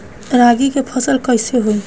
रागी के फसल कईसे होई?